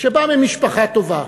שבא מתנועה טובה,